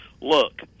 look –